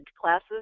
classes